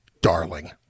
darling